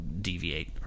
deviate